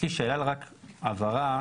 שאלת הבהרה.